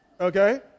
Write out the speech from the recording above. Okay